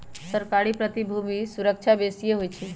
सरकारी प्रतिभूति में सूरक्षा बेशिए होइ छइ